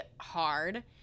hard